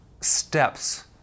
steps